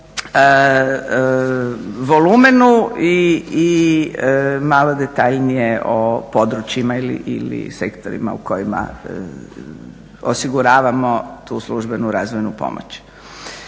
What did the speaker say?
o volumenu i malo detaljnije o područjima ili sektorima u kojima osiguravamo tu službenu razvojnu pomoć.